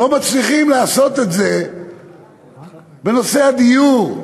לא מצליחים לעשות בנושא הדיור.